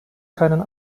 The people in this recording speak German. keinen